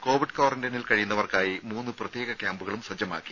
Covid ക്വാറന്റൈനിൽ കഴിയുന്നവർക്കായി മൂന്ന് പ്രത്യേക ക്യാമ്പുകളും സജ്ജമാക്കി